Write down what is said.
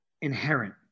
inherent